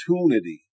opportunity